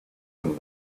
and